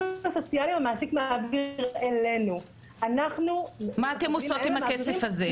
המעסיק מעביר אלינו --- מה אתן עושות עם הכסף הזה?